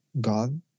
God